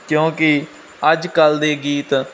ਕਿਉਂਕਿ ਅੱਜ ਕੱਲ੍ਹ ਦੇ ਗੀਤ